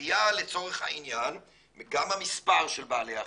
סטייה לצורך העניין היא גם המספר של בעלי החיים,